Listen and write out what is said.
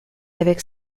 avec